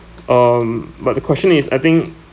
um but the question is I think